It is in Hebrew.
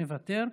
מוותר,